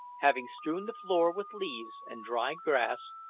having strewed the floor with leaves and dry grass,